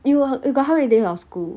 you got you got how many days of school